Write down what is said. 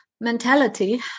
mentality